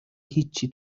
هیچی